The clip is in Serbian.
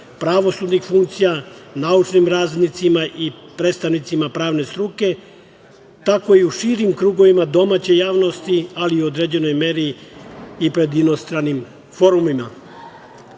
pravosudnih funkcija, naučnim radnicima i predstavnicima pravne struke, tako i u širim krugovima domaće javnosti, ali u određenoj meri i pred inostranim forumima. Rekao